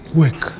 work